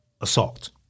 assault